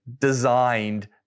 designed